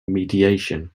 mediation